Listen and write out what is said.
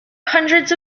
hundreds